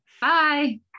Bye